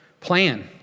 Plan